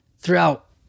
throughout